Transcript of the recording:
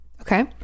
Okay